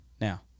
now